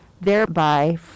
thereby